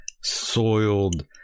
soiled